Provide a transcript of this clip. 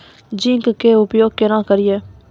Zinc के उपयोग केना करये?